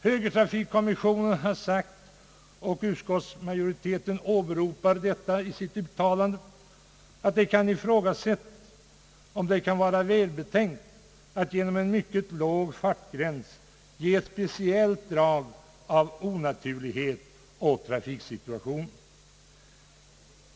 Högertrafikkommissionen har sagt, och utskottsmajoriteten åberopar detta i sitt uttalande, »att det kan ifrågasättas om det kan vara välbetänkt att genom en mycket låg fartgräns ge ett speciellt drag av onaturlighet åt trafiksituationen».